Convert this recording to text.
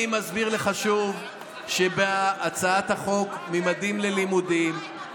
אני מסביר לך שוב שבהצעת החוק ממדים ללימודים,